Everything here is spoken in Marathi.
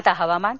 आता हवामान